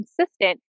consistent